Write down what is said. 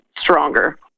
stronger